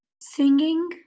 singing